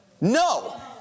No